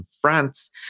France